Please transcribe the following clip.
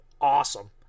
awesome